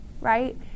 right